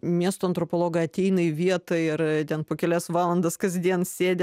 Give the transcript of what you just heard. miesto antropologai ateina į vietą ir ten po kelias valandas kasdien sėdi